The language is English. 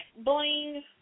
bling